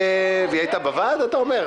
והיא היתה בוועד, אתה אומר?